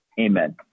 Amen